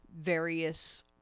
various